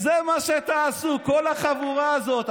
זה מה שתעשו, כל החבורה הזאת.